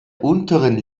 unteren